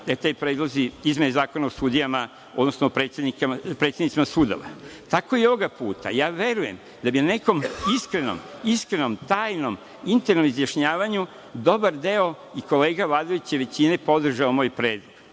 da ti predlozi, izmene Zakona o sudijama, odnosno predsednicima sudova. Tako i ovoga puta verujem da bi na nekom iskrenom, tajnom, internom izjašnjavanju dobar deo kolega i vladajuće većine podržao moj predlog.